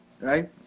right